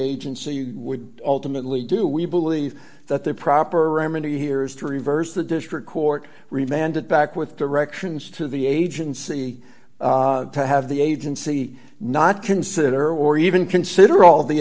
agency would ultimately do we believe that the proper remedy here is to reverse the district court revamp it back with directions to the agency to have the agency not consider or even consider all the